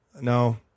No